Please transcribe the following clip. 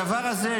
הדבר הזה,